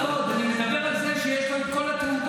אני מדבר על זה שיש לו את כל התעודות,